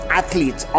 athletes